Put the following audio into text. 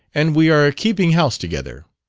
and we are keeping house together.